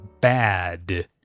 Bad